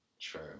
True